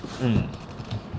mm